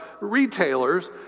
retailers